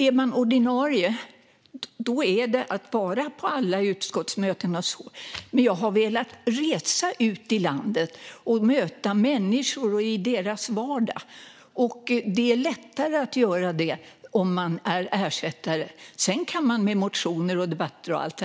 Är man ordinarie innebär det att vara på alla utskottsmöten, men jag har velat resa ut i landet och möta människor i deras vardag. Det är lättare att göra det om man är ersättare. Sedan kan man med motioner och debatter och allt